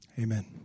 Amen